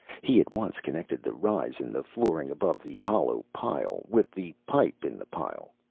he at once connected the rise in the flooring above the hollow pile with the pipe in the pile.